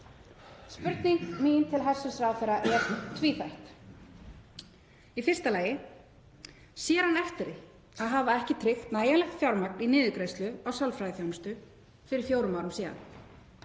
Spurning mín til hæstv. ráðherra er tvíþætt. Í fyrsta lagi: Sér hann eftir því að hafa ekki tryggt nægilegt fjármagn í niðurgreiðslu á sálfræðiþjónustu fyrir fjórum árum síðan?